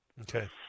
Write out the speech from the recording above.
okay